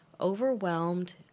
overwhelmed